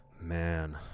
Man